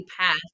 path